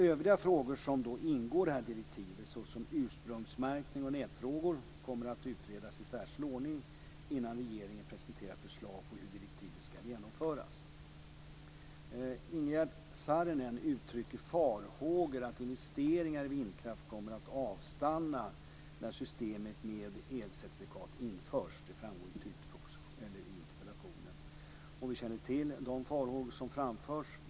Övriga frågor som ingår i det här direktivet, såsom ursprungsmärkning och nätfrågor, kommer att utredas i särskild ordning innan regeringen presenterar förslag på hur direktivet ska genomföras. Ingegerd Saarinen uttrycker farhågor för att investeringar i vindkraft kommer att avstanna när systemet med elcertifikat införs. Det framgår tydligt i interpellationen. Vi känner till de farhågor som framförs.